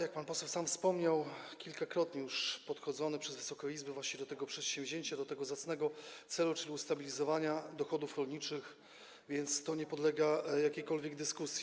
Jak pan poseł sam wspomniał, kilkakrotnie już podchodzono w Wysokiej Izbie właśnie do tego przedsięwzięcia, do tego zacnego celu, czyli ustabilizowania dochodów rolniczych, więc to nie podlega jakiejkolwiek dyskusji.